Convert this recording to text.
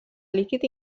líquid